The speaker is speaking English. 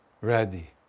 Ready